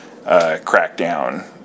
crackdown